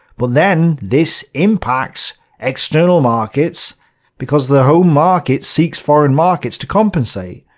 but then this impacts external markets because the home market seeks foreign markets to compensate.